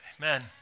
Amen